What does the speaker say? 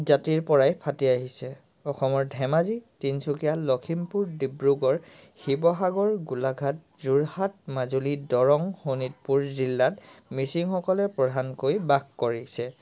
জাতিৰপৰাই ফাটি আহিছে অসমৰ ধেমাজী তিনচুকীয়া লখিমপুৰ ডিব্ৰুগড় শিৱসাগৰ গোলাঘাট যোৰহাট মাজুলী দৰং শোণিতপুৰ জিলাত মিচিংসকলে প্ৰধানকৈ বাস কৰিছে